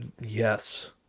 Yes